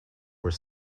were